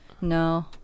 No